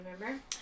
remember